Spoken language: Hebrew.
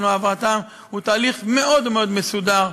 והעברתן הוא תהליך מאוד מאוד מסודר.